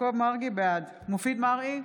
מופיד מרעי,